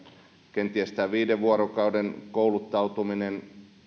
kenties tässä viiden vuorokauden kouluttautumisessa